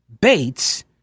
Bates